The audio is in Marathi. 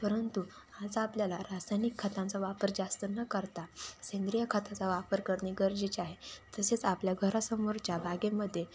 परंतु आज आपल्याला रासायनिक खतांचा वापर जास्त न करता सेंद्रिय खताचा वापर करणे गरजेचे आहे तसेच आपल्या घरासमोरच्या बागेमध्ये